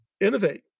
innovate